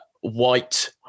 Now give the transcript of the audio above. white